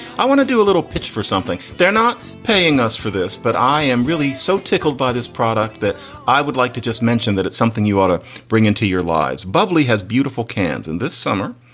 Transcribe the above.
i want to do a little pitch for something they're not paying us for this, but i am really so tickled by this product that i would like to just mention that it's something you ought to bring into your lives. bubley has beautiful cans, and this summer,